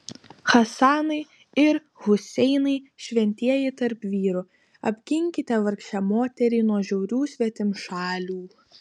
hasanai ir huseinai šventieji tarp vyrų apginkite vargšę moterį nuo žiaurių svetimšalių